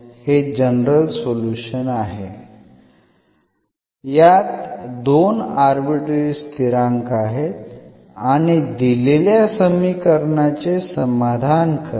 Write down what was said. तर हे general solution आहे यात 2 आर्बिट्ररी स्थिरांक आहेत आणि दिलेल्या समीकरणाचे समाधान करते